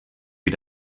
wie